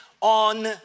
on